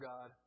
God